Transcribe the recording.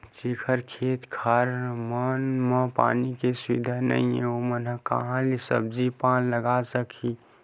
जेखर खेत खार मन म पानी के सुबिधा नइ हे ओमन ह काँहा ले सब्जी पान लगाए सकही